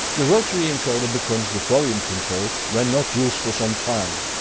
the rotary encoder becomes the volume control when not used for some time.